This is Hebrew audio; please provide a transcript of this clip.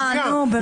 נו, באמת.